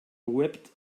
whipped